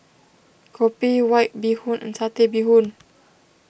Kopi White Bee Hoon and Satay Bee Hoon